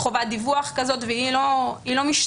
חובת דיווח כזאת והיא לא משתנה.